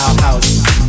house